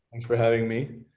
thanks for having me.